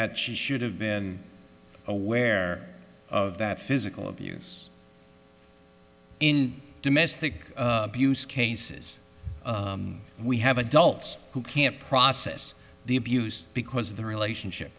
that she should have been aware of that physical abuse in domestic abuse cases we have adults who can't process the abuse because of the relationship